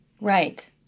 Right